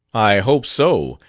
i hope so,